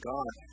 God